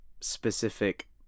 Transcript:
specific